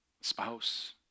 spouse